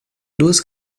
duas